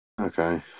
Okay